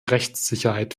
rechtssicherheit